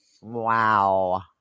Wow